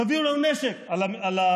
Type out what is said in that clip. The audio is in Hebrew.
תביאו לנו נשק, על הערבים.